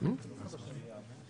אחד יתפוס את